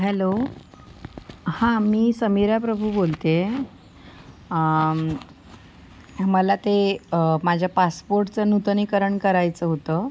hello हां मी समिरा प्रभू बोलते आहे मला ते माझ्या पासपोर्टचं नूतनीकरण करायचं होतं